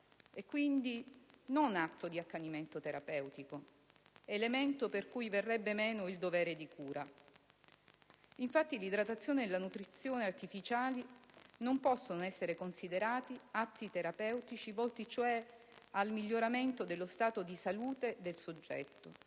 e quindi non atto di accanimento terapeutico, elemento per cui verrebbe meno il dovere di cura. Infatti, l'idratazione e la nutrizione artificiali non possono essere considerati atti terapeutici, volti cioè al miglioramento dello stato di salute del soggetto,